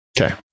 Okay